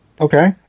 Okay